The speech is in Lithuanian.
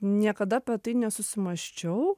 niekada apie tai nesusimąsčiau